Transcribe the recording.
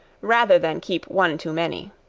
rather than keep one too many.